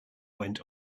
went